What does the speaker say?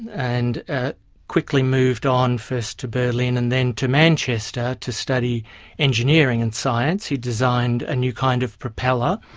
and ah quickly moved on first to berlin and then to manchester to study engineering and science. he designed a new kind of propeller,